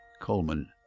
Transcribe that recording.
Coleman